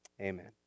Amen